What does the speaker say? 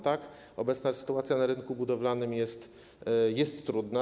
Tak, obecna sytuacja na rynku budowlanym jest trudna.